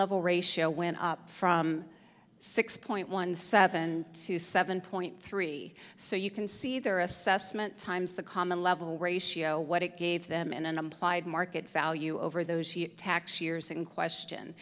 level ratio went up from six point one seven to seven point three so you can see their assessment times the common level ratio what it gave them in an implied market value over those she attacks years in question